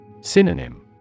Synonym